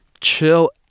chill